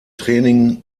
training